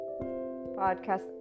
podcast